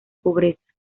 pobreza